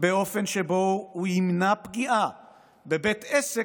באופן שבו הוא ימנע פגיעה בבית עסק